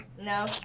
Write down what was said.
No